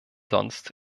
sonst